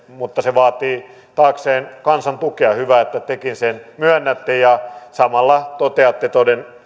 mutta se vaatii taakseen kansan tukea hyvä että tekin sen myönnätte ja samalla toteatte